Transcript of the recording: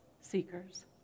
seekers